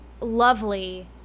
lovely